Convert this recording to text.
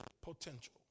potential